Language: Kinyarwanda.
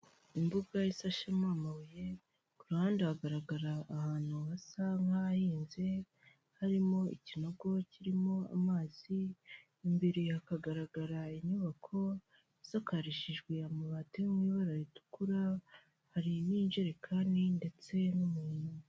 Imbuga isashemo amabuye ku ruhande hagaragara ahantu hasa nk'ahahinze, harimo ikinogo kirimo amazi imbere hakagaragara inyubako isakarishijwe amabati yo m’ibara ritukura hari injerekani ndetse n'umuntu.